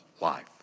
life